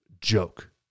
joke